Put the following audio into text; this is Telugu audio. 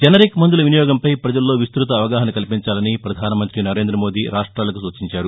జనరిక్ మందుల వినియోగంపై పజల్లో విస్తృత అవగాహన కల్పించాలని వధానమంత్రి నరేంద్రమోదీ రాష్ట్రాలకు సూచించారు